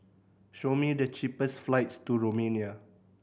show me the cheapest flights to Romania